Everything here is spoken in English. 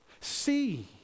See